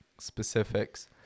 specifics